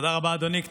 תודה רבה, אדוני.